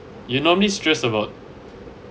you normally stressed about